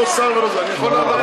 לא שר ולא,